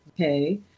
Okay